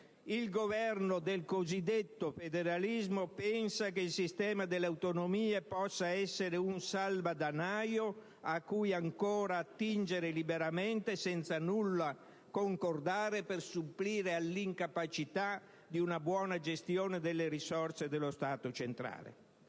Il Governo del cosiddetto federalismo pensa che il sistema delle autonomie possa essere un salvadanaio a cui ancora attingere liberamente senza nulla concordare per supplire all'incapacità di una buona gestione delle risorse dello Stato centrale.